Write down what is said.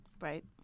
Right